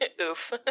Oof